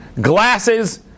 glasses